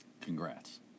Congrats